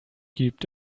gibt